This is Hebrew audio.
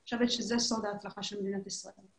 אני חושבת שזה סוד ההצלחה של מדינת ישראל.